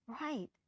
Right